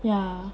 ya